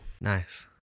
nice